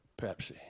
Pepsi